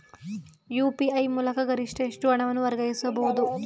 UPI ಮೂಲಕ ಗರಿಷ್ಠ ಎಷ್ಟು ಹಣವನ್ನು ವರ್ಗಾಯಿಸಬಹುದು?